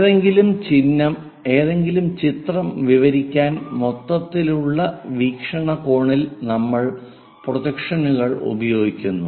ഏതെങ്കിലും ചിത്രം വിവരിക്കാൻ മൊത്തത്തിലുള്ള വീക്ഷണകോണിൽ നമ്മൾ പ്രൊജക്ഷനുകൾ ഉപയോഗിക്കുന്നു